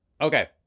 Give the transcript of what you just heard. Okay